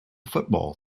football